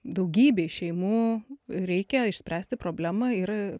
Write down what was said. daugybei šeimų reikia išspręsti problemą ir